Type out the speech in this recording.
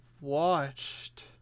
watched